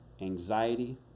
anxiety